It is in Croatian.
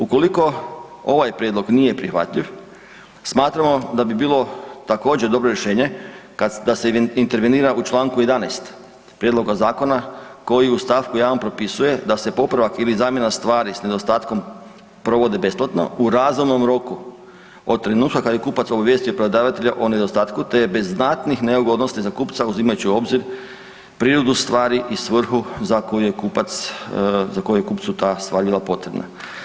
Ukoliko ovaj prijedlog nije prihvatljiv smatramo da bilo također dobro rješenje da se intervenira u čl. 11. prijedloga zakona koji u st. 1. propisuje da se popravak ili zamjena stvari s nedostatkom provode besplatno u razumnom roku od trenutka kad je kupac obavijestio prodavatelja o nedostatku, te je bez znatnih neugodnosti za kupca uzimajući u obzir prirodu stvari i svrhu za koju je kupcu ta stvar bila potrebna.